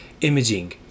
imaging